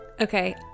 Okay